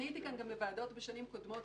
הייתי כאן בוועדות גם בשנים קודמות,